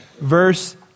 Verse